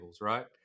right